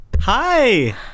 Hi